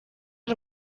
die